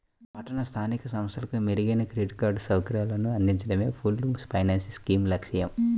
పట్టణ స్థానిక సంస్థలకు మెరుగైన క్రెడిట్ సౌకర్యాలను అందించడమే పూల్డ్ ఫైనాన్స్ స్కీమ్ లక్ష్యం